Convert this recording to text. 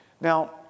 Now